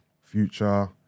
Future